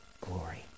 glory